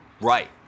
Right